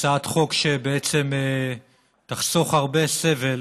הצעת חוק שתחסוך הרבה סבל